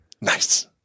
Nice